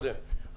לפני כן,